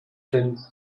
den